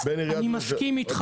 אני מסכים איתך.